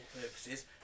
purposes